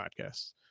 Podcasts